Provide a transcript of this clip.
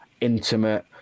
intimate